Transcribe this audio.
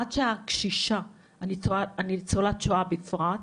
עד שהקשישה הניצולת שואה כבר